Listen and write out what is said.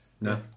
No